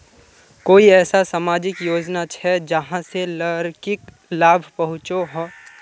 कोई ऐसा सामाजिक योजना छे जाहां से लड़किक लाभ पहुँचो हो?